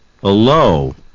hello